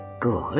Good